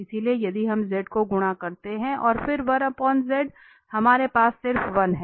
इसलिए यदि हम z को गुणा करते हैं और फिर हमारे पास सिर्फ 1 है